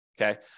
okay